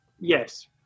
yes